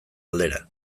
aldera